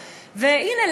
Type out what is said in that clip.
והנה,